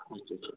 अच्छा अच्छा